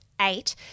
Eight